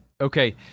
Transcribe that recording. okay